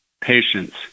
patience